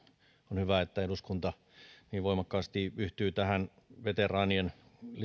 on hyvä että eduskunta niin voimakkaasti yhtyy tähän veteraanien